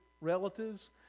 relatives